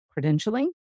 credentialing